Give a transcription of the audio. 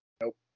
Nope